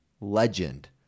legend